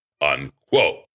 unquote